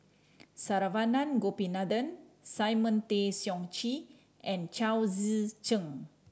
Saravanan Gopinathan Simon Tay Seong Chee and Chao Tzee Cheng